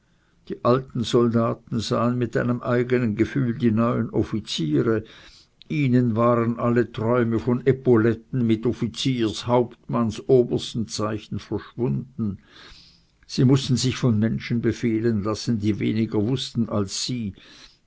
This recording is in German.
die alten soldaten sahen mit einem eigenen gefühl die neuen offiziere ihnen waren alle träume von epauletten mit offiziers hauptmanns obersten zeichen verschwunden sie mußten sich von menschen befehlen lassen die weniger wußten als sie